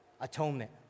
atonement